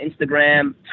Instagram